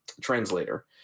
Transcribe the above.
translator